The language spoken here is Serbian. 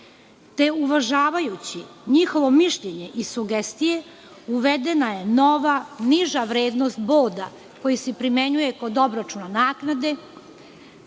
te uvažavajući njihovo mišljenje i sugestije uvedena je nova, niža vrednost boda koja se primenjuje kod obračuna naknade,